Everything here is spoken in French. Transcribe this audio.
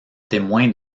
témoin